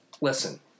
listen